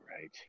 right